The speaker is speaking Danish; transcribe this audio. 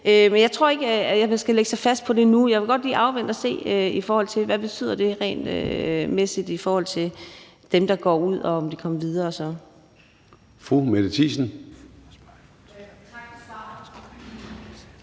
Men jeg tror ikke, at vi skal lægge os fast på det nu. Jeg vil godt lige afvente og se, hvad det betyder for dem, der går ud, altså om de så er kommet videre.